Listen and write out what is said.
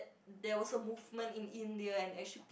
there was a movement in India and actually